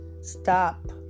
Stop